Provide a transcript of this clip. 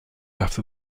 after